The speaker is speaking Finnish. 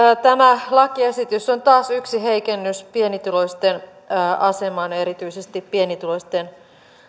tämä lakiesitys on taas yksi heikennys pienituloisten asemaan ja erityisesti pienituloisten